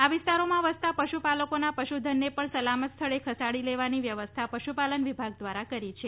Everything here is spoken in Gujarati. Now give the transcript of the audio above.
આ વિસ્તારોમાં વસતા પશુપાલકોના પશુધનને પણ સલામત સ્થળે ખસેડી લેવાની વ્યવસ્થા પશુપાલન વિભાગ દ્વારા કરી છે